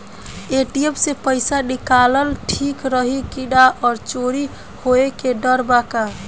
ATM से पईसा निकालल ठीक रही की ना और चोरी होये के डर बा का?